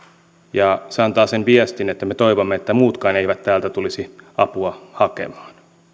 ja se antaa sen viestin että me toivomme että muutkaan eivät täältä tulisi apua hakemaan